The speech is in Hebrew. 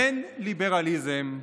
אין ליברליזם,